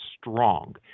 strong